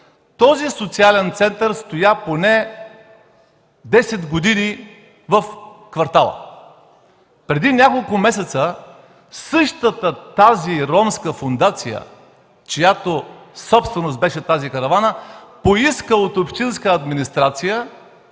Този социален център стоя поне десет години в квартала. Преди няколко месеца същата тази ромска фондация, чиято собственост беше тази каравана, поиска от общинската администрация